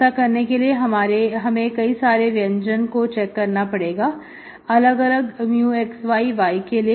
ऐसा करने के लिए हमें कई सारे व्यंजक हो को चेक करना पड़ेगा अलग अलग μx yy के लिए